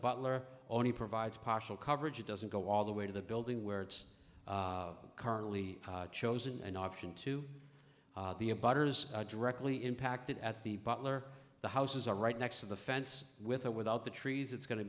butler only provides partial coverage it doesn't go all the way to the building where it's currently chosen an option to be a butters directly impacted at the butler the houses are right next to the fence with or without the trees it's go